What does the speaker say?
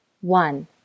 one